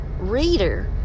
reader